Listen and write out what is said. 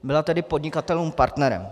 Byla tedy podnikatelům partnerem.